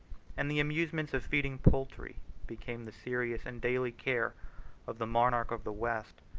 and the amusement of feeding poultry became the serious and daily care of the monarch of the west,